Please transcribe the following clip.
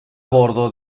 bordo